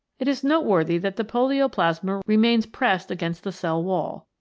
it is noteworthy that the polioplasma remains pressed against the cell wall.